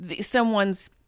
someone's